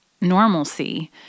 normalcy